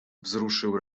wzruszył